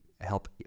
help